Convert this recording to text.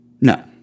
No